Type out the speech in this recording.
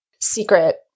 secret